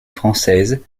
française